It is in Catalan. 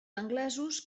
anglesos